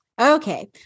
Okay